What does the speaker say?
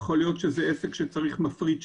יכול להיות שזה עסק שצריך מפריד שומן,